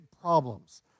problems